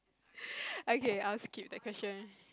okay I will skip that question